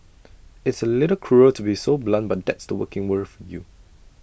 it's A little cruel to be so blunt but that's the working world for you